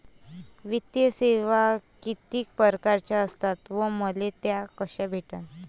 वित्तीय सेवा कितीक परकारच्या असतात व मले त्या कशा भेटन?